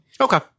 Okay